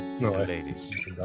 ladies